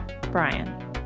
Brian